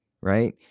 right